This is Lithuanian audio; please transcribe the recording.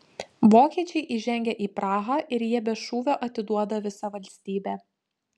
vokiečiai įžengia į prahą ir jie be šūvio atiduoda visą valstybę